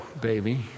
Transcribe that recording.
baby